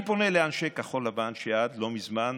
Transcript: אני פונה לאנשי כחול לבן, שעד לא מזמן